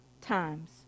times